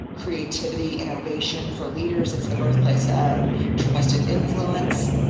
creativity, innovation. for leaders, it's the birthplace of trusted influence.